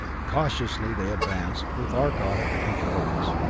cautiously they advanced, with arcot at the controls.